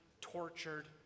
tortured